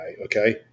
Okay